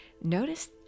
Notice